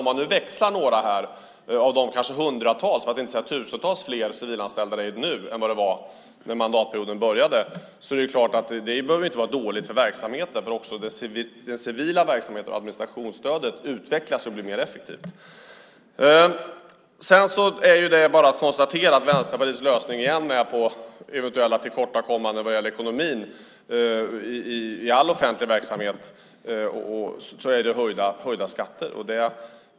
Om man nu växlar några av de kanske hundratals för att inte säga tusentals fler civilanställda som finns nu jämfört med hur många det fanns när mandatperioden började är det klart att det inte behöver vara dåligt för verksamheten. Också den civila verksamheten och administrationsstödet utvecklas och blir mer effektiva. Det är bara att konstatera att Vänsterpartiets lösning igen på eventuella tillkortakommanden vad gäller ekonomin i all offentlig verksamhet är höjda skatter.